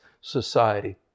society